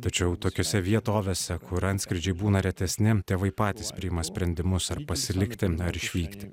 tačiau tokiose vietovėse kur antskrydžiai būna retesni tėvai patys priima sprendimus ar pasilikti ar išvykti